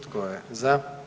Tko je za?